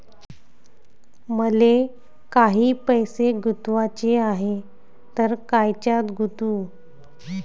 मले काही पैसे गुंतवाचे हाय तर कायच्यात गुंतवू?